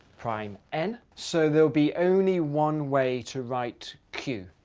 prime n. so there'll be only one way to write q.